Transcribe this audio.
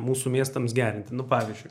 mūsų miestams gerinti nu pavyzdžiui